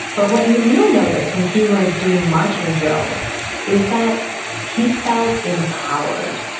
but what mcneill noticed when he was doing marching drills is that he felt empowered,